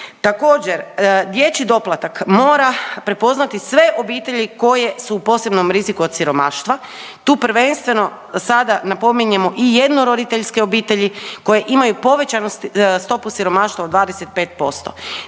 Također dječji doplatak mora prepoznati sve obitelji koje su u posebnom riziku od siromaštva. Tu prvenstveno sada napominjemo i jednoroditeljske obitelji koje imaju povećanu stopu siromaštva od 25%.